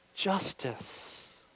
justice